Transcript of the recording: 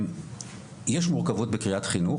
יש מורכבות בקריית חינוך,